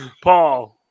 Paul